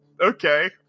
Okay